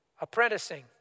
apprenticing